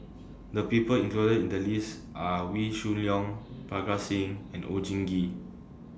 The People included in The list Are Wee Shoo Leong Parga Singh and Oon Jin Gee